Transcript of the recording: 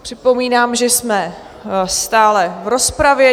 Připomínám, že jsme stále v rozpravě.